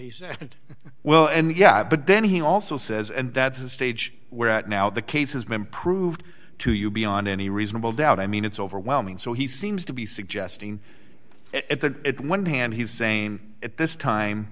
he said and well and yeah but then he also says and that's the stage where at now the case is men proved to you beyond any reasonable doubt i mean it's overwhelming so he seems to be suggesting it that at one hand he's saying at this time